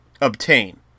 obtain